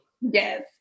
Yes